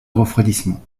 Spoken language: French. refroidissement